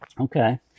Okay